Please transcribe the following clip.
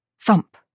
Thump